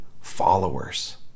followers